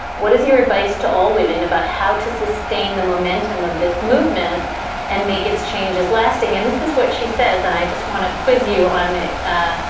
what is your advice to all women about how to sustain the momentum of this movement and make its changes lasting? and this is what she says. and i just want to quiz you on it,